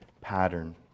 pattern